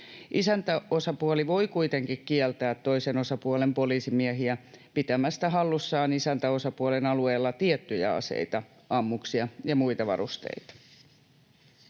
Isäntäosapuoli voi kuitenkin kieltää toisen osapuolen poliisimiehiä pitämästä hallussaan isäntäosapuolen alueella tiettyjä aseita, ammuksia ja muita varusteita.